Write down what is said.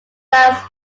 lands